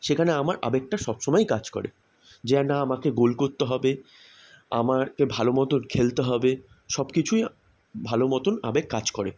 সেখানে আমার আবেগটা সব সময়ই কাজ করে যে না আমাকে গোল করতে হবে আমারকে ভালো মতোন খেলতে হবে সব কিছুই ভালো মতোন আবেগ কাজ করে